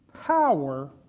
power